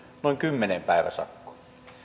noin kymmeneen päiväsakkoon